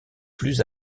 plus